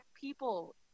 people